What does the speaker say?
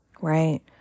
right